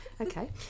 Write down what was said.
okay